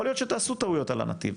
יכול להיות שתעשו טעויות על הנתיב,